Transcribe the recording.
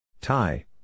Tie